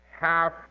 half